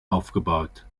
aufgebaut